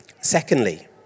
Secondly